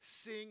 Sing